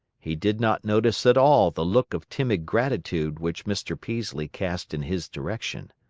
he did not notice at all the look of timid gratitude which mr. peaslee cast in his direction.